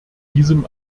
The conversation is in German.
diesem